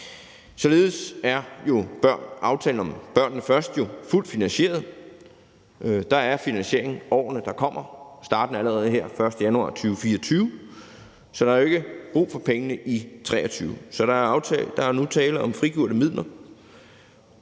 Således er aftalen »Børnene Først« fuldt finansieret. Der er finansiering for årene, der kommer, startende allerede her den 1. januar 2024, så der er jo ikke brug for pengene i 2023. Der er nu tale om frigjorte midler,